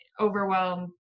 overwhelmed